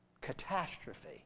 catastrophe